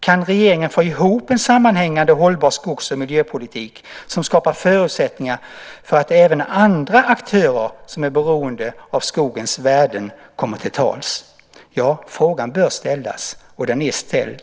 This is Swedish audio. Kan regeringen få ihop en sammanhängande och hållbar skogs och miljöpolitik som skapar förutsättningar för att även andra aktörer som är beroende av skogens värden kommer till tals? Frågan bör ställas - och den är ställd.